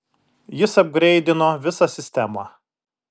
jis apgreidino visą sistemą